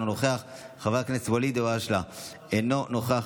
אינו נוכח,